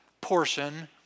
portion